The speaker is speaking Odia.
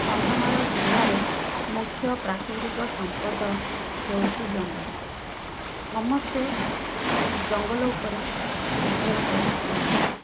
କନ୍ଧମାଳ ଜିଲ୍ଲାରେ ମୁଖ୍ୟ ପ୍ରାକୃତିକ ସମ୍ପଦ ହେଉଛି ଜଙ୍ଗଲ ସମସ୍ତେ ଜଙ୍ଗଲ ଉପରେ ନିର୍ଭର କରି ଚଳନ୍ତି